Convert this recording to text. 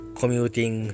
commuting